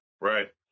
Right